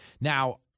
Now